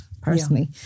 personally